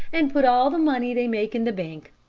and put all the money they make in the bank.